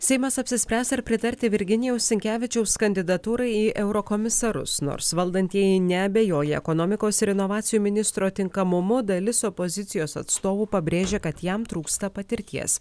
seimas apsispręs ar pritarti virginijaus sinkevičiaus kandidatūrai į eurokomisarus nors valdantieji neabejoja ekonomikos ir inovacijų ministro tinkamumu dalis opozicijos atstovų pabrėžia kad jam trūksta patirties